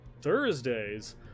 Thursdays